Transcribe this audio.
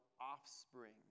offspring